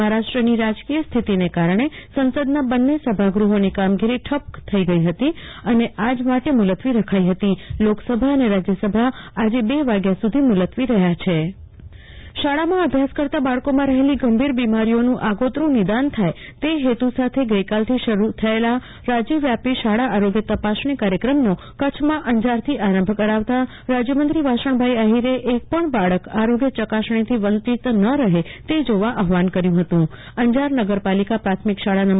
મહારાષ્ટ્રની રાજકીય સ્થિતિને કારણે સંસદના બંન્ને સભાગૃહોની કામગીરી ઠપ્પ થઈ ગઈ હતી અને આજ માટે મુલતવી રખાઈ હતી લોકસભા અને રાજ્યસભા આજે બે વાગ્યા સુધી મુલતવી રહ્યા છીં કલ્પના શાહ જિલ્લામાં શાળા આરોગ્ય તપાસણી કાર્યક્રમનો પ્રારંભ શાળામાં અભ્યાસ કરતાં બાળકોમાં રહેલી ગંભીર બીમારીઓનું આગોત્તરૂ નિદાન થાય તે હેતુ સાથે ગઈકાલથી શરૂ કરાયેલા રાજયવ્યાપી શાળા આરોગ્ય તપાસણી કાર્યક્રમનો કચ્છમાં અંજારથી આરંભ કરાવતાં રાજયમંત્રી વાસણભાઈ આહિરે એક પણ બાળક આરોગ્ય યકાસણીથી વંચિત ન રહે તે જોવા આહ્વાન કર્યું હતું અંજાર નગરપાલિકા પ્રાથમિક શાળા નં